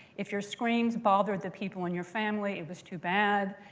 if your screams bothered the people in your family, it was too bad.